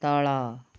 ତଳ